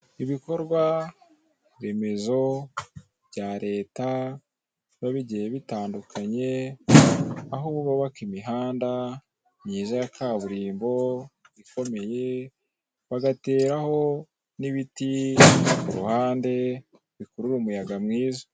Ibikorwa remezo bya leta biba bigiye bitandukanye aho bubaka imihanda myiza ya kaburimbo ikomeye bagateraho n'ibiti ku ruhande bikurura umuyaga mwiza.